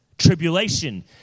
tribulation